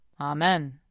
Amen